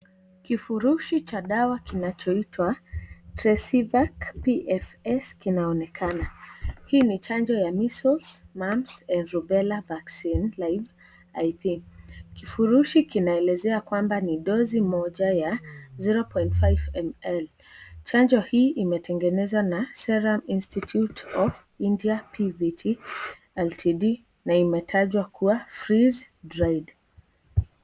Kivurushi cha dawa kinachoitwa tresivac PFS kinaonekana hii ni chanjo ya measeles, mumps and rubella vaccine live I.P kivurushi kinaelezea kwamba ni dosi moja ya 0,5ml chanjo hii imetengenezwa na serum insititute of india pvt ltd na imetajwa kuwa freeze dried .